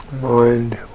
Mind